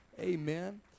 Amen